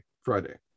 Friday